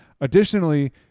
Additionally